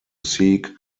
seek